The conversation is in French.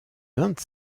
vingt